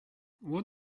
what